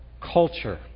culture